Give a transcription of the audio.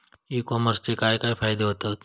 E कॉमर्सचे काय काय फायदे होतत?